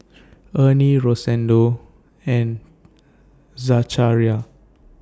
Ernie Rosendo and Zachariah